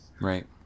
Right